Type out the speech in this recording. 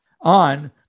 on